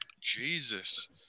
Jesus